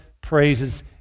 praises